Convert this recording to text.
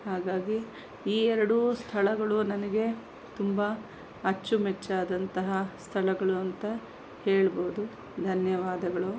ಹಾಗಾಗಿ ಈ ಎರಡು ಸ್ಥಳಗಳು ನನಗೆ ತುಂಬ ಅಚ್ಚುಮೆಚ್ಚಾದಂತಹ ಸ್ಥಳಗಳು ಅಂತ ಹೇಳಬಹುದು ಧನ್ಯವಾದಗಳು